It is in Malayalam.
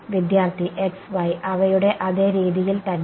വിദ്യാർത്ഥി x y അവയുടെ അതേ രീതിയിൽ തന്നെ